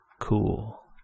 Cool